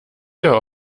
der